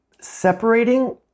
separating